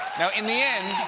in the end